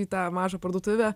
į tą mažą parduotuvę